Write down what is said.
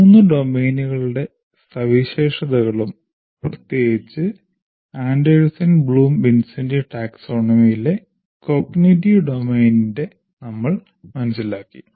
മൂന്ന് ഡൊമെയ്നുകളുടെ സവിശേഷതകളും പ്രത്യേകിച്ച് Anderson Bloom Vincenti taxonomy യിലെ കോഗ്നിറ്റീവ് ഡൊമെയ്നിൻറെ നമ്മൾ മനസ്സിലാക്കി